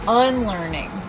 unlearning